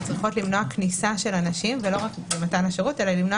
אכן הן צריכות למנוע כניסה של אנשים ולא רק במתן השירות אלא למנוע